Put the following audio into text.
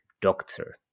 Doctor